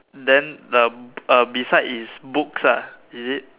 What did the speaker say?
then the uh beside is books ah is it